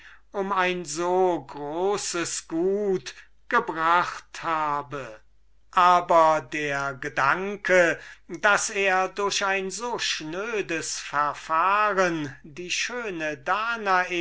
um seine privat glückseligkeit gebracht habe aber der gedanke daß er durch ein so schnödes verfahren die schöne danae